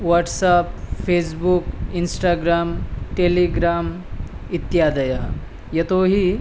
WhatsApp Facebook Instagram Telegram इत्यादयः यतोऽहि